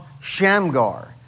Shamgar